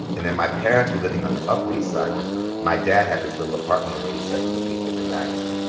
and then my parents were living on the upper east side because my dad had this little apartment on eighty second between fifth and madison.